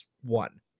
One